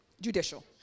judicial